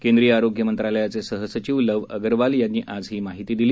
केंद्रीय आरोग्य मंत्रालयाचे सहसचिव लव अगरवाल यांनी आज ही माहिती दिली